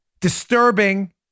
disturbing